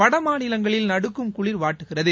வடமாநிலங்களில் நடுக்கும் குளிர் வாட்டுகிறது